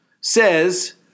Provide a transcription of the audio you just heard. says